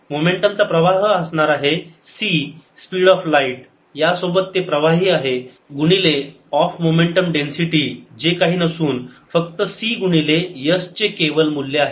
मोमेंटमचा प्रवाह असणार आहे c स्पीड ऑफ लाईट यासोबत ते प्रवाही आहे गुणिले ऑफ मोमेंटम डेन्सिटी जे काही नसून फक्त c गुणिले S चे केवल मूल्य आहे